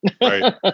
right